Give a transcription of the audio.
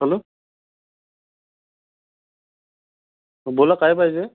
hello बोला काय पाहिजे